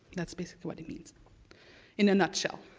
that's basically what it means in a nutshell.